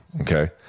okay